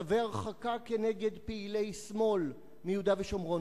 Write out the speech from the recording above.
צווי הרחקה נגד פעילי שמאל מיהודה ושומרון,